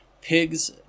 pigs